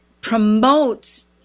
promotes